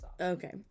Okay